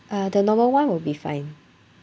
uh the normal one will be fine